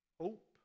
Hope